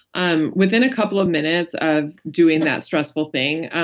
um within a couple of minutes of doing that stressful thing,